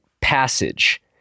Passage